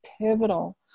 Pivotal